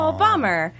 bummer